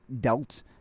dealt